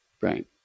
Right